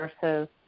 versus